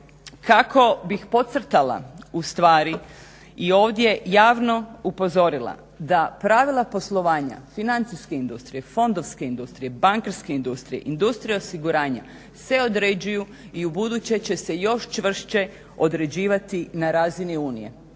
kako bih podcrtala u stvari i ovdje javno upozorila da pravila poslovanja, financijske industrije, fondovske industrije, bankarske industrije, industrije osiguranja se određuju i u buduće će se još čvršće određivati na razini Unije